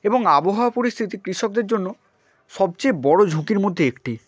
এবং আবহাওয়া পরিস্থিতি কৃষকদের জন্য সবচেয়ে বড়ো ঝুঁকির মধ্যে একটি